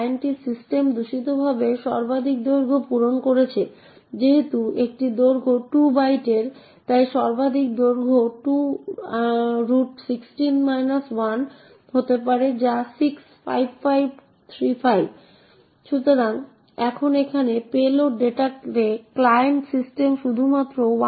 একইভাবে দ্বিতীয় x printf অনুমান করবে যে আপনি তৃতীয় আর্গুমেন্টটি প্রিন্ট করতে চান এবং তাই এটি স্ট্যাক 0x000000 এবং 64 থেকে এটি তুলে নেবে এবং একইভাবে চতুর্থ এবং পঞ্চম আর্গুমেন্ট হবে f7e978fb এবং ffffcf6c এবং ffffd06c